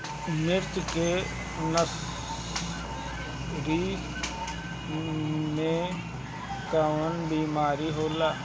मिर्च के नर्सरी मे कवन बीमारी होला?